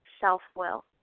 self-will